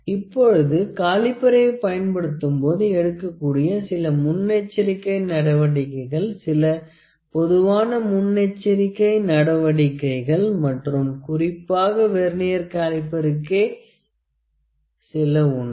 இப்பொழுது காலிபரை பயன்படுத்தும் போது எடுக்கக்கூடிய சில முன்னெச்சரிக்கை நடவடிக்கைகள் சில பொதுவான முன்னெச்சரிக்கை நடவடிக்கைகள் மற்றும் குறிப்பாக வெர்னியர் காலிபருக்காகவே சில உண்டு